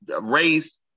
race